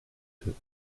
eux